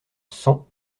cent